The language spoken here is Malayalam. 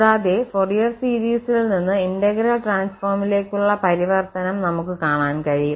കൂടാതെ ഫൊറിയർ സീരീസിൽ നിന്ന് ഇന്റഗ്രൽ ട്രാൻസ്ഫോമിലേക്കുള്ള പരിവർത്തനം നമുക് കാണാൻ കഴിയും